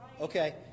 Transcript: okay